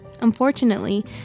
Unfortunately